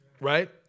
right